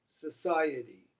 society